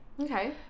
Okay